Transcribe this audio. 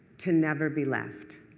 to never be left.